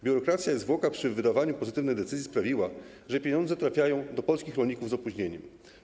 Biurokracja i zwłoka przy wydawaniu pozytywnej decyzji sprawiły, że pieniądze trafiają do polskich rolników z opóźnieniem.